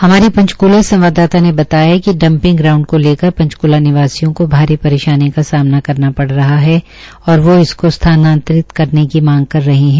हमारी पंचकूला संवाददाता ने बताया है कि डम्पिंग ग्राउण्ड को लेकर पंचकूला निवासियों को भारी परेशानी का सामना करना पड़ रहा है और इसको स्थानांतरित करने की मांग कर रहे है